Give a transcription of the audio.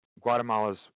Guatemala's